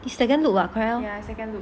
the second loop ah correct lor